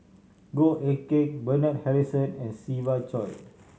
Goh Eck Kheng Bernard Harrison and Siva Choy